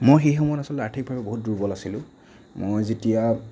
মই সেই সময়ত আচলতে আৰ্থিকভাৱে বহুত বেছি দুৰ্বল আছিলোঁ মই যেতিয়া